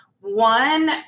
One